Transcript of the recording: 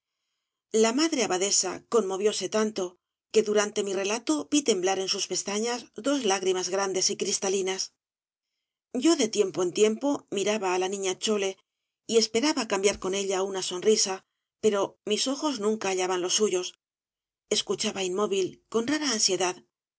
la madre abadesa conmovióse tanto que durante mi relato vi temblar en sus pestañas dos lágrimas grandes y cristalinas yo de tiempo en tiempo miraba á la niña chole y esperaba cambiar con ella una song obras de válle inclan g risa pero mis ojos nunca hallaban los suyos escuchaba inmóvil con rara ansiedad